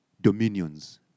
dominions